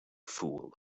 fool